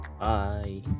Bye